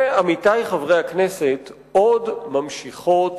ועמיתי חברי הכנסת, עוד נמשכות